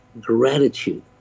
gratitude